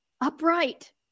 upright